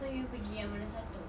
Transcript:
so you pergi yang mana satu